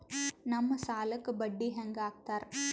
ನಮ್ ಸಾಲಕ್ ಬಡ್ಡಿ ಹ್ಯಾಂಗ ಹಾಕ್ತಾರ?